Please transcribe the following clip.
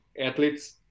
athletes